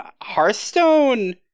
Hearthstone